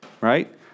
right